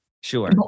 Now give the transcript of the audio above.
Sure